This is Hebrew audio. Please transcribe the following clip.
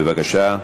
בבקשה.